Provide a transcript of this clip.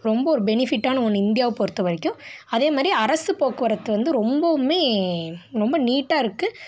ரொம்ப ஒரு பெனிஃபிட்டான ஒன்று இந்தியாவை பொறுத்த வரைக்கும் அதேமாதிரி அரசு போக்குவரத்து வந்து ரொம்பவுமே ரொம்ப நீட்டாக இருக்குது